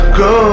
go